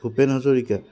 Bhupen Hazarika